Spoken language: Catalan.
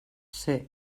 ser